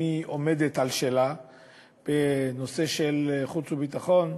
היא עומדת על שלה בנושאים של חוץ וביטחון,